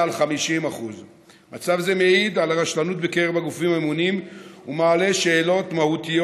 על 50%. מצב זה מעיד על הרשלנות בקרב הגופים הממונים ומעלה שאלות מהותיות